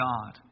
God